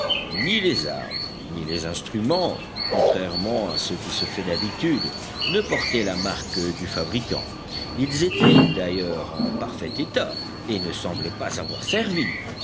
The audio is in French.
ni les armes ni les instruments contrairement à ce qui se fait d'habitude ne portaient la marque du fabricant ils étaient d'ailleurs en parfait état et ne semblaient pas avoir servi